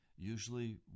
Usually